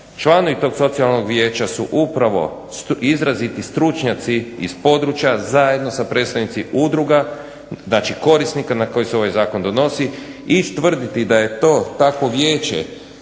Članovi tog socijalnog vijeća su upravo izraziti stručnjaci iz područja zajedno sa predstavnicima udruga, znači korisnika na koje se ovaj zakon odnosi, i tvrditi da je to takvo vijeće